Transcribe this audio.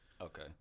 Okay